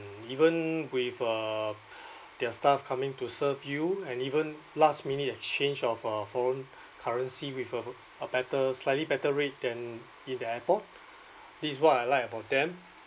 even with uh their staff coming to serve you and even last minute exchange of uh phone currency with a a better slightly better rate than in the airport this is what I liked about them